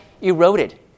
eroded